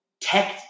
Tech